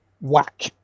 whack